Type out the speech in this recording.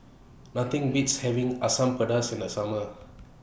Nothing Beats having Asam Pedas in The Summer